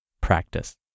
practice